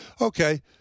Okay